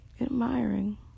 admiring